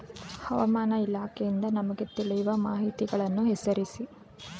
ಹವಾಮಾನ ಇಲಾಖೆಯಿಂದ ನಮಗೆ ತಿಳಿಯುವ ಮಾಹಿತಿಗಳನ್ನು ಹೆಸರಿಸಿ?